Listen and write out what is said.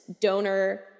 donor